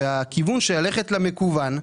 והכיוון של ללכת למקוון,